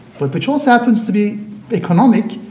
but which also happens to be economic,